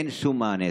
אין שום מענה.